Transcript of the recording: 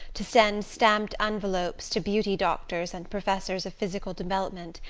to send stamped envelopes to beauty doctors and professors of physical development,